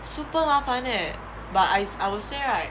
super 麻烦 leh but I I would say right